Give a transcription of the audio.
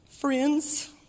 friends